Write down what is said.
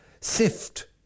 Sift